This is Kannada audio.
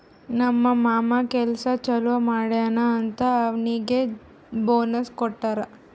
ನಮ್ ಮಾಮಾ ಕೆಲ್ಸಾ ಛಲೋ ಮಾಡ್ಯಾನ್ ಅಂತ್ ಅವ್ನಿಗ್ ಬೋನಸ್ ಕೊಟ್ಟಾರ್